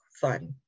fun